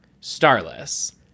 Starless